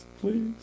please